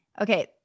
Okay